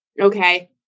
Okay